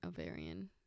ovarian